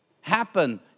happen